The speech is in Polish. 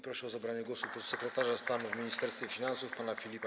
Proszę o zabranie głosu podsekretarza stanu w Ministerstwie Finansów pana Filipa